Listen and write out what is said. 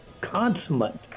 consummate